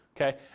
Okay